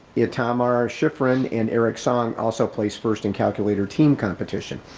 itamar shiffrin, and eric song also placed first in calculator team competition.